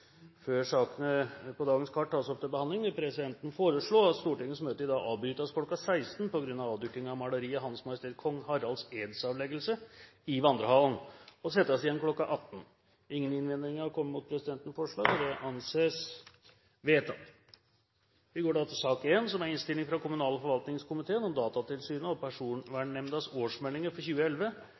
Før sakene på dagens kart tas opp til behandling, vil presidenten foreslå at Stortingets møte i dag avbrytes kl. 16 på grunn av avdukingen av maleriet «H.M. Kong Haralds edsavleggelse» i vandrehallen, og settes igjen kl. 18. – Det anses vedtatt. Etter ønske fra kommunal- og forvaltningskomiteen vil presidenten foreslå at taletiden blir begrenset til 5 minutter til hver gruppe og